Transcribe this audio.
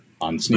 on